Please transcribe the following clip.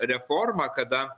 reforma kada